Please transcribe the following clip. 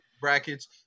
brackets